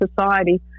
society